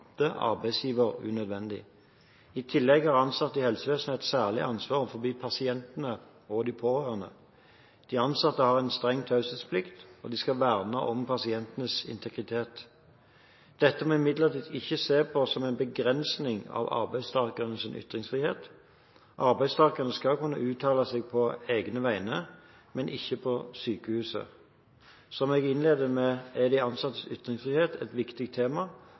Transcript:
arbeidsgiver unødvendig. I tillegg har ansatte i helsevesenet et særlig ansvar overfor pasientene og de pårørende. De ansatte har en streng taushetsplikt, og de skal verne om pasientenes integritet. Dette må imidlertid ikke ses på som en begrensning av arbeidstakernes ytringsfrihet. Arbeidstakerne skal kunne uttale seg på egne vegne, men ikke på sykehusets. Som jeg innledet med, er de ansattes ytringsfrihet et viktig tema